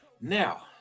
now